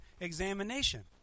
examination